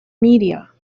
media